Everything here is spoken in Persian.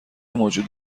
موجود